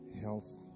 health